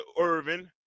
Irvin